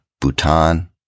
Bhutan